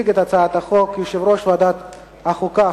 מוועדת החוקה,